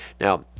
Now